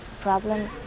problem